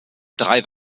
drei